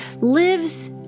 lives